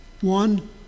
One